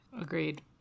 Agreed